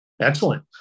Excellent